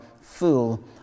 full